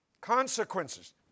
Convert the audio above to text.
Consequences